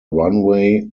runway